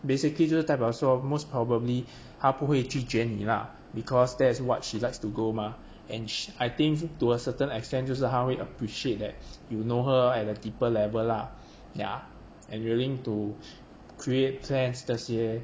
basically 就是代表说 most probably 她不会拒绝你 lah because that's what she likes to go mah and sh~ I think to a certain extent 就是她会 appreciate that you know her at a deeper level lah ya and willing to create plans 那些